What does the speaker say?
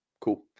cool